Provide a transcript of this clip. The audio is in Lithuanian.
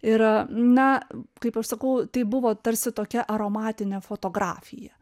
ir na kaip aš sakau tai buvo tarsi tokia aromatinė fotografija